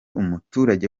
umuturage